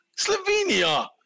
Slovenia